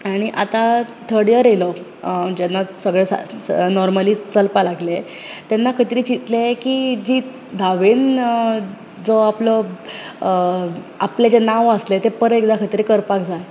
आनी आता third year येयलो जेन्ना सगळें स सा सगळे नॉर्मली चलपाक लागले तेन्ना खंय तरी चितलें की जी धावेन जो आपलो आपले जे नांव आसले ते परत एकदा खंय तरी करपाक जाय